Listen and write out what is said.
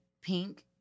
pink